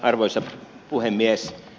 arvoisa puhemies